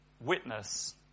witness